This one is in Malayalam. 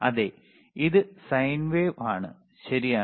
അതെ ഇത് സൈൻ വേവ് ആണ് ശരിയാണ്